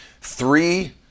three